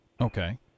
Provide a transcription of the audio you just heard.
Okay